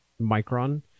Micron